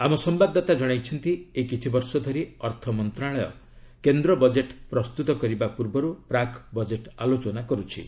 ଆମ ସମ୍ଭାଦଦାତା ଜଣାଇଛନ୍ତି ଏଇ କିଛି ବର୍ଷ ଧରି ଅର୍ଥ ମନ୍ତ୍ରଣାଳୟ କେନ୍ଦ୍ର ବଜେଟ୍ ପ୍ରସ୍ତୁତ କରିବା ପୂର୍ବରୁ ପ୍ରାକ୍ ବଜେଟ୍ ଆଲୋଚନା କର୍ତ୍ଥି